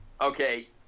Okay